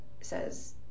says